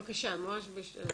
בבקשה, ממש בשתי דקות.